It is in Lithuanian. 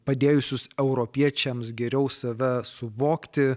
padėjusius europiečiams geriau save suvokti